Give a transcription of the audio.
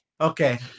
Okay